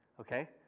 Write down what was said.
okay